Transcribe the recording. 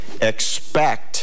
expect